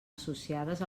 associades